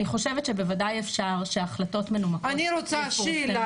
אני חושבת שבוודאי שאפשר שהחלטות מנומקות כן יפורסמו.